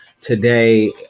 today